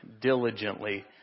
diligently